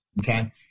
okay